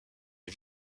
est